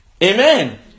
amen